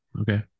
okay